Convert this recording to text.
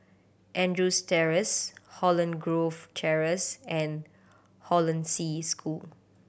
Andrews Terrace Holland Grove Terrace and Hollandse School